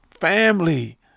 Family